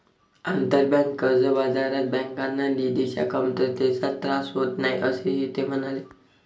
आंतरबँक कर्ज बाजारात बँकांना निधीच्या कमतरतेचा त्रास होत नाही, असेही ते म्हणाले